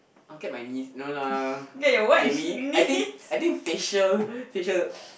I'll get my niece no lah okay we I think I think facial facial